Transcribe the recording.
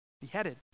beheaded